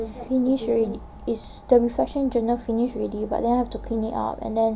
finish already the reflection journal finish already but then I have to clean it up and then